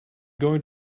going